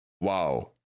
wow